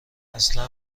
اصلا